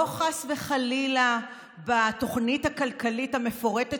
לא חס וחלילה התוכנית הכלכלית המפורטת,